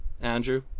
Andrew